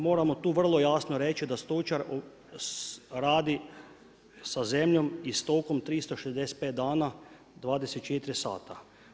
Moramo tu vrlo jasno reći da stočar radi sa zemljom i stokom 365 dana, 24 sata.